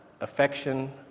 affection